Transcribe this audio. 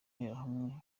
interahamwe